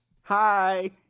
hi